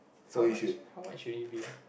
how much how much would it be ah